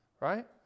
Right